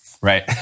Right